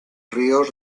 ríos